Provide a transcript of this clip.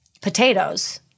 Potatoes